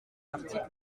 l’article